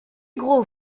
gros